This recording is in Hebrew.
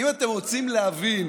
אם אתם רוצים להבין